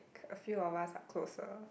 a few of us are closer